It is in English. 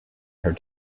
her